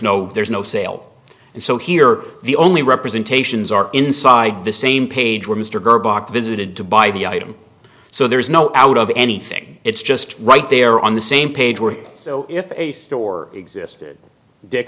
no there's no sale and so here the only representations are inside the same page where mr durbach visited to buy the item so there is no out of anything it's just right there on the same page where if a store exists dick